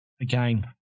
again